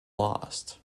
lost